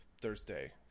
Thursday